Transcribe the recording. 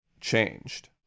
Changed